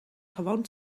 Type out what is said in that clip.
gewoon